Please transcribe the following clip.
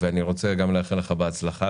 ואני רוצה גם לאחל לך בהצלחה,